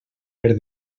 per